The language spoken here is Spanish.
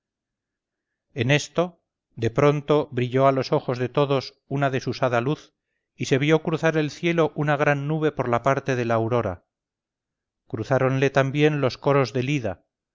en esto de pronto brilló a los ojos de todos una desusada luz y se vio cruzar el cielo una gran nube por la parte de la aurora cruzáronle también los coros del ida